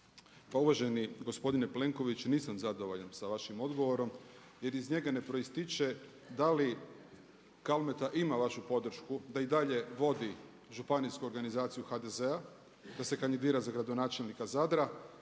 Pa uvaženi gospodine Plenković nisam zadovoljan sa vašim odgovorom jer iz njega ne proističe da li Kalmeta ima vašu podršku da i dalje vodi županijsku organizaciju HDZ-a, da se kandidira za gradonačelnika Zadra.